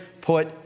put